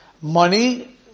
Money